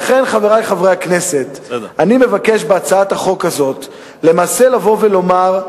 פרטית, והדברים נדחו מכול וכול.